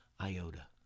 iota